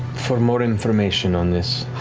for more information on this.